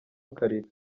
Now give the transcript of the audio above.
akarira